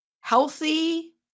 healthy